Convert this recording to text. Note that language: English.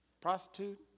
prostitute